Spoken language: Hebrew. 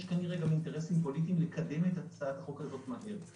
יש כנראה גם אינטרסים פוליטיים לקדם את הצעת החוק הזאת מהר.